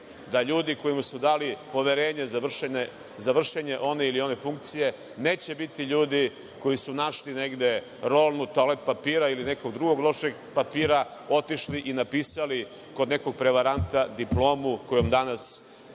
da ljudi kojima su dali poverenje za vršenje ove ili one funkcije neće biti ljudi koji su našli negde rolnu toalet papira ili nekog drugog lošeg papira, otišli i napisali kod nekog prevaranta diplomu kojom danas zauzimaju